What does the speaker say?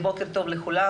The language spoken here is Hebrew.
בוקר טוב לכולם.